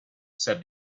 said